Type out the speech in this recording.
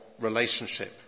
relationship